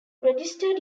registered